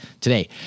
today